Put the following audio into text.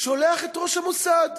שולח את ראש המוסד,